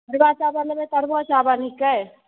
अरबा चावल लेबै तऽ अरबो चावल हिकै